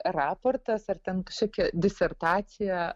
raportas ar ten kažkokia disertacija